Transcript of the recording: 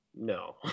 no